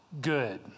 good